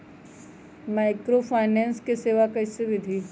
Microfinance के सेवा कइसे विधि?